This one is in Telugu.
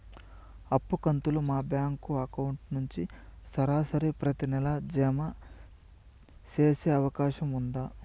అప్పు కంతులు మా బ్యాంకు అకౌంట్ నుంచి సరాసరి ప్రతి నెల జామ సేసే అవకాశం ఉందా?